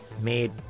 made